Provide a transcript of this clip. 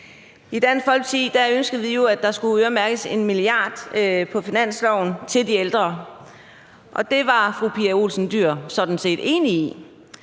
I Dansk Folkeparti ønskede vi jo, at der skulle øremærkes 1 mia. kr. på finansloven til de ældre, og det var fru Pia Olsen Dyhr sådan set enig i,